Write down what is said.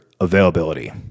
availability